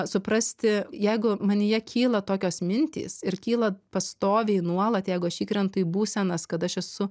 suprasti jeigu manyje kyla tokios mintys ir kyla pastoviai nuolat jeigu aš įkrentu į būsenas kad aš esu